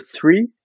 three